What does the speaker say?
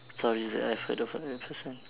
stories I've heard of her that person